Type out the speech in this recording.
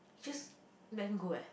just let him go eh